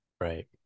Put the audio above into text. Right